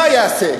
מה יעשה?